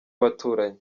baturanyi